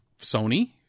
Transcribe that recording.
Sony